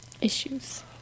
Issues